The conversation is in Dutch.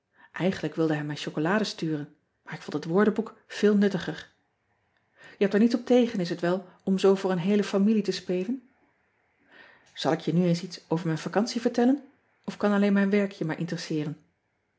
igenlijk wilde hij me chocolade sturen maar ik vond het woordenboek veel nuttiger e hebt er niets op tegen is het wel om zoo voor een heele familie te spelen al ik je nu eens iets over mijn vacantie vertellen of kan alleen mijn werk je maar